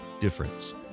difference